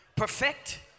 perfect